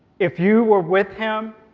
if you were with him,